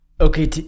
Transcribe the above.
Okay